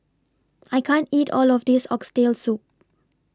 I can't eat All of This Oxtail Soup